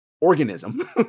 organism